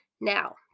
Now